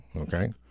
okay